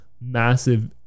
massive